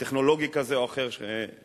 טכנולוגי כזה או אחר, מתקדם,